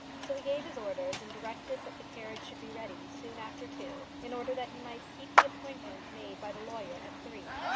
so he gave his orders, and directed that the carriage should be ready soon after two, in order that he might keep the appointment made by the lawyer at three.